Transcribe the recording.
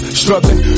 struggling